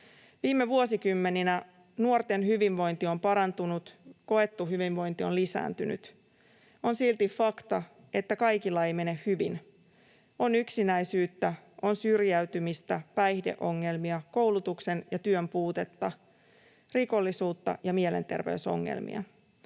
Viime vuosikymmeninä nuorten hyvinvointi on parantunut, koettu hyvinvointi on lisääntynyt. On silti fakta, että kaikilla ei mene hyvin. On yksinäisyyttä, on syrjäytymistä, päihdeongelmia, koulutuksen ja työn puutetta, rikollisuutta ja mielenter-veysongelmia.